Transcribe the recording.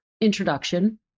introduction